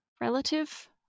relative